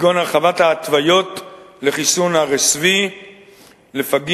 כגון הרחבת ההתוויות לחיסון RSV לפגים,